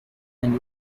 and